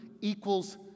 equals